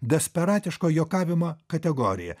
desperatiško juokavimo kategoriją